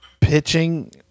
Pitching